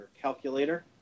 calculator